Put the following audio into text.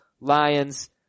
Lions